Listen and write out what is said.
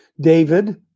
David